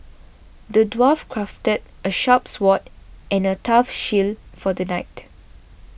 the dwarf crafted a sharp sword and a tough shield for the knight